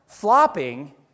Flopping